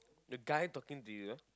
the guy talking to you